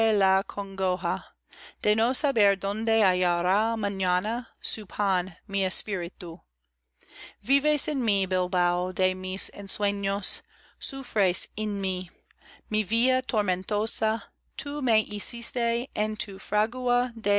la congoja de no saber donde hallará mañana su pan mi espíritu vives en mí bilbao de mis ensueños sufres en mí mi villa tormentosa tú me hiciste